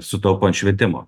sutaupo ant švietimo